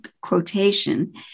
quotation